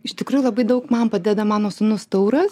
iš tikrųjų labai daug man padeda mano sūnus tauras